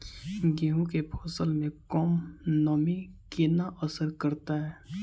गेंहूँ केँ फसल मे कम नमी केना असर करतै?